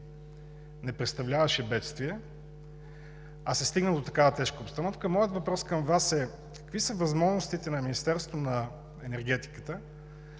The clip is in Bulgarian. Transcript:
не представляваше бедствие, а се стигна до такава тежка обстановка, моят въпрос към Вас е: какви са възможностите на Министерството на енергетиката